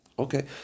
Okay